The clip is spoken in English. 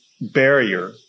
barrier